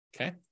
Okay